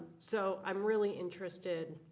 so i'm really interested